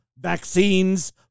vaccines